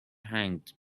hanged